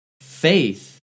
Faith